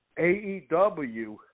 AEW